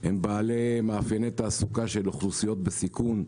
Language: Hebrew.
הם בעלי מאפייני תעסוקה של אוכלוסיות בסיכון,